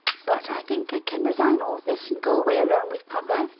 but i think i can resign all this, and go away alone with papa,